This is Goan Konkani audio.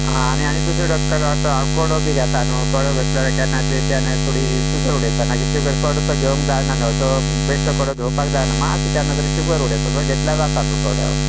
आं आनी आनी दुसरे डॉक्टर हांव काडो बी घेता न्हू काडो बी घेतल्यार ते केन्नाय शुगर उडयता माजी शुगर उडयता तो बेश्टो घेवंक जायना मात्शी शुगर उडयता तो घेतल्यार जाता न्हू काडो